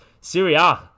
Syria